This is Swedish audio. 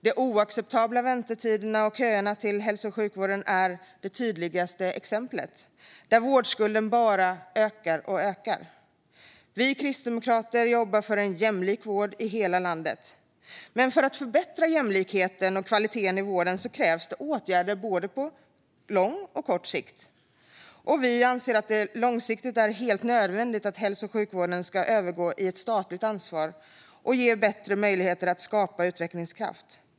De oacceptabla väntetiderna och köerna till hälso och sjukvården är det tydligaste exemplet, där vårdskulden bara ökar och ökar. Vi kristdemokrater jobbar för en jämlik vård i hela landet. Men för att förbättra jämlikheten och kvaliteten i vården krävs åtgärder både på lång och på kort sikt. Vi anser att det långsiktigt är helt nödvändigt att hälso och sjukvården övergår i ett statligt ansvar, som ger bättre möjlighe-ter att skapa utvecklingskraft.